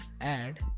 Add